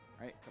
right